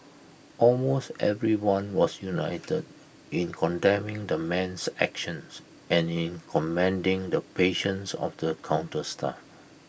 almost everyone was united in condemning the man's actions and in commending the patience of the counter staff